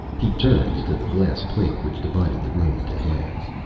he turned to the glass plate which divided the room into halves.